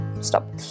Stop